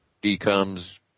becomes